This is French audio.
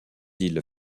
îles